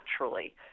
naturally